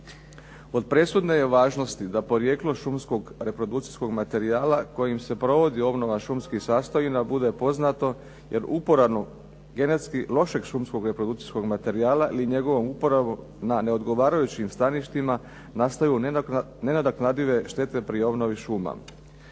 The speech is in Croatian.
Od presudne je važnosti da porijeklo šumskog reprodukcijskog materijala kojim se provodi obnova šumskih sastojina bude poznato jer uporabom genetski lošeg šumskog reprodukcijskog materijala ili njegovom uporabom na neodgovarajućim staništima nastaju nenadoknadive štete pri obnovi šuma.